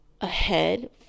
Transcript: ahead